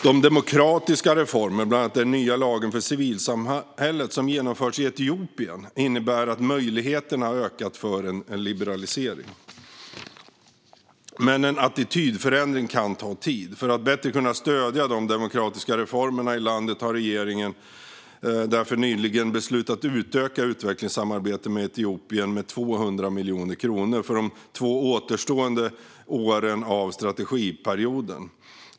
De demokratiska reformer, bland annat den nya lagen för civilsamhället som genomförts i Etiopien, innebär att möjligheterna har ökat för en liberalisering. Men en attitydförändring kan ta tid. För att bättre kunna stödja de demokratiska reformerna i landet har regeringen därför nyligen beslutat att utöka utvecklingssamarbetet med Etiopien med 200 miljoner kronor för de två återstående åren av strategiperioden.